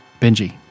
Benji